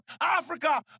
Africa